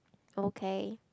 okay